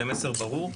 במסר ברור.